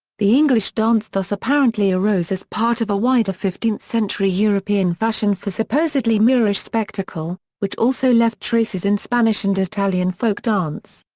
the english dance thus apparently arose as part of a wider fifteenth century european fashion for supposedly moorish spectacle, which also left traces in spanish and italian folk dance.